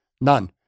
None